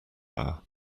hour